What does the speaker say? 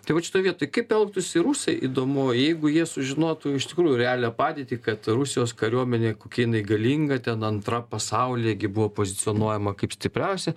tai vat šitoj vietoj kaip elgtųsi rusai įdomu jeigu jie sužinotų iš tikrųjų realią padėtį kad rusijos kariuomenė kokia jinai galinga ten antra pasauly gi buvo pozicionuojama kaip stipriausia